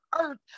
earth